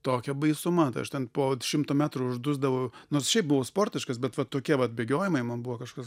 tokia baisuma tai aš ten po šimto metrų uždusdavau nors šiaip buvau sportiškas bet va tokie vat bėgiojimai man buvo kažkas